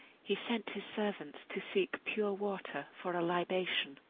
he sent his servants to seek pure water for a libation.